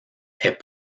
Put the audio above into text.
est